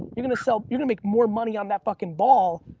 you're gonna so you're gonna make more money on that fucking ball,